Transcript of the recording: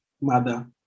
mother